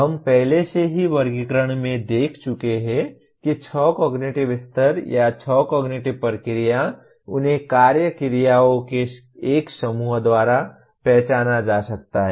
हम पहले से ही वर्गीकरण में देख चुके हैं कि छह कॉग्निटिव स्तर या छह कॉग्निटिव प्रक्रिया उन्हें कार्य क्रियाओं के एक समूह द्वारा पहचाना जा सकता है